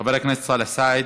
חבר הכנסת סאלח סעד,